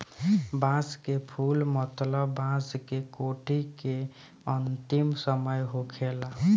बांस के फुल मतलब बांस के कोठी के अंतिम समय होखेला